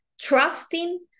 trusting